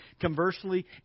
Conversely